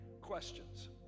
questions